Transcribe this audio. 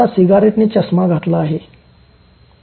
आता सिगारेटने चष्मा घातला आहे